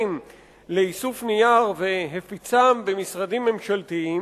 לאיסוף נייר והפיצם במשרדים ממשלתיים,